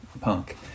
punk